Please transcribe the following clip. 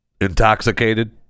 intoxicated